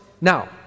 now